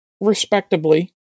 respectably